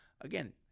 again